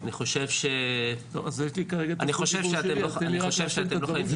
אני חושב שאתם --- עלם,